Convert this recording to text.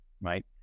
right